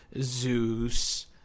Zeus